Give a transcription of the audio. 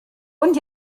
und